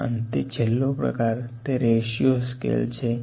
અને અંતે છેલ્લો પ્રકાર તે રેશિયો સ્કેલ છે